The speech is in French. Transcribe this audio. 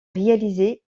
réalisées